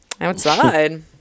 outside